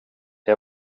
det